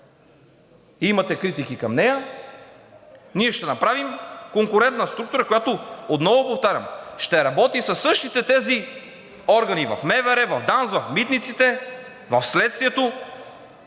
имате критики към нея, ние ще направим конкурентна структура, която, отново повтарям, ще работи със същите тези органи в МВР, в ДАНС, в Митниците, в Следствието.